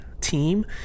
team